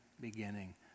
beginning